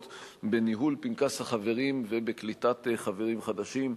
בניהול פנקס החברים ובקליטת חברים חדשים.